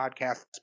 Podcasts